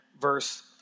verse